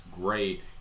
great